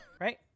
Right